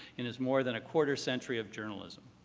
and his more than a quarter century of journalism.